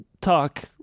talk